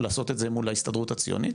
לעשות את זה מול ההסתדרות הציונית?